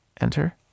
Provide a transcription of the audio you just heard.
enter